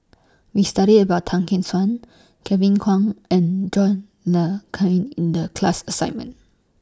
We studied about Tan Gek Suan Kevin Kwan and John Le Cain in The class assignment